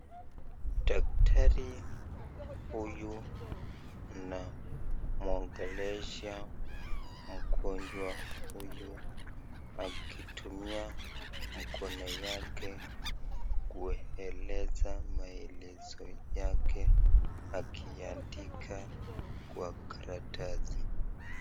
Daktari huyu anaamwongelesha mgonjwa huyu akitumia mkono yake kueleza maelezo yake akiandika kwa karatasi.